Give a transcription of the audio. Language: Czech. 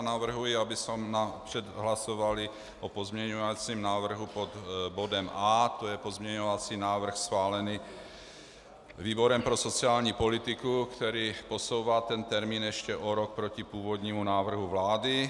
Navrhuji, abychom nejdřív hlasovali o pozměňovacím návrhu pod bodem A, tj. pozměňovací návrh schválený výborem pro sociální politiku, který posouvá ten termín ještě o rok proti původnímu návrhu vlády.